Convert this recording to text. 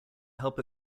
help